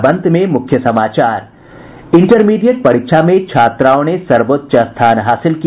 और अब अंत में मुख्य समाचार इंटरमीडिएट परीक्षा में छात्राओं ने सर्वोच्च स्थान हासिल किया